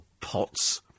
pots